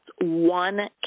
one